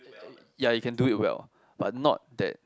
ya you can do it well but not that